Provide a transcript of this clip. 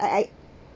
I I